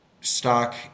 stock